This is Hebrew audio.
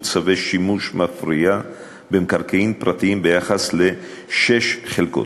צווי שימוש מפריע במקרקעין פרטיים ביחס לשש חלקות.